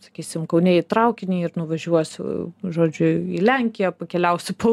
sakysim kaune į traukinį ir nuvažiuosiu žodžiu į lenkiją pakeliausiu po